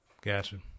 Gotcha